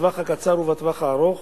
בטווח הקצר ובטווח הארוך,